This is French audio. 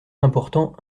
important